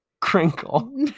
Crinkle